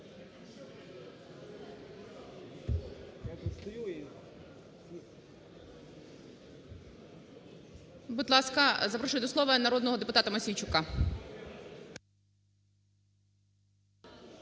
Будь ласка, запрошую до слова народного депутата Мосійчука.